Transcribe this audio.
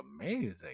amazing